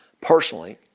personally